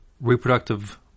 reproductive